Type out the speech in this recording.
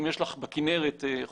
אם יש לך בכנרת חוף